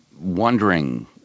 wondering